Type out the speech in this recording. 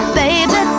baby